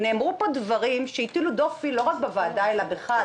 נאמרו פה דברים שהטילו דופי לא רק בוועדה אלא גם בך,